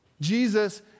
Jesus